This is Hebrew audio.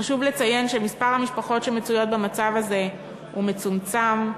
חשוב לציין שמספר המשפחות שנמצאות במצב הזה הוא מצומצם,